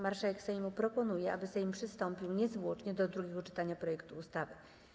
Marszałek Sejmu proponuje, aby Sejm przystąpił niezwłocznie do drugiego czytania projektu ustawy.